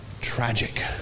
tragic